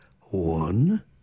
one